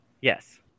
Yes